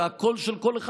ושהקול של כל אחד,